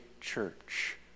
church